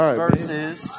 versus